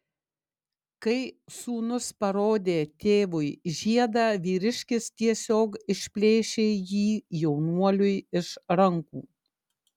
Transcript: kai sūnus parodė tėvui žiedą vyriškis tiesiog išplėšė jį jaunuoliui iš rankų